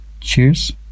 cheers